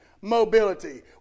mobility